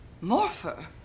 morpher